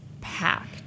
packed